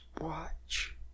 watch